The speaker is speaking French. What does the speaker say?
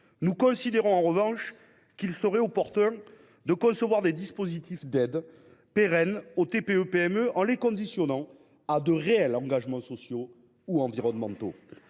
nous considérons en revanche qu’il serait opportun de concevoir des dispositifs d’aide pérennes aux TPE et PME, en les conditionnant à de réels engagements sociaux ou environnementaux.